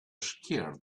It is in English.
scared